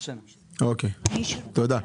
אוקיי, תודה.